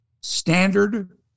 Standard